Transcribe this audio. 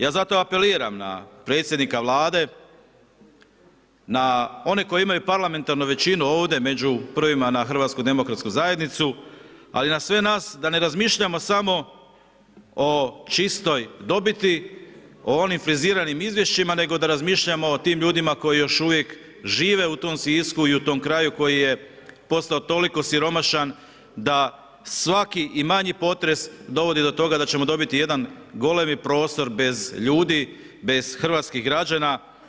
Ja zato apeliram na predsjednika Vlade, na one koji imaju parlamentarnu većinu, ovdje među prvima HDZ, na HDZ ali i na sve nas da ne razmišljamo samo o čistoj dobiti, o onim friziranim izvješćima, nego da razmišljamo o tim ljudima koji još uvijek žive u tom Sisku i u tom kraju, koji je postao toliko siromašan, da svaki i manji potres, dovodi do toga da ćemo dobiti jedan golemi prostor bez ljudi, bez hrvatskih građana.